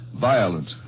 violent